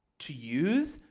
to use.